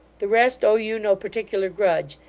the rest owe you no particular grudge,